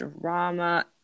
drama